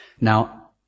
now